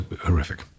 horrific